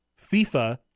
FIFA